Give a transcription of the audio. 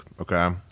okay